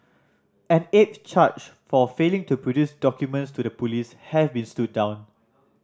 an eighth charge for failing to produce documents to the police has been stood down